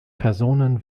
personen